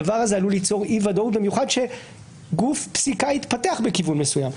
הדבר הזה עלול ליצור אי ודאות במיוחד שגוף פסיקה התפתח בכיוון מסוים.